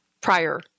prior